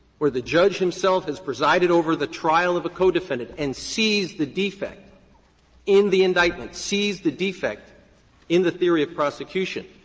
where the judge himself has presided over the trial of a co-defendant and sees the defect in the indictment, sees the defect in the theory of prosecution,